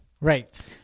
Right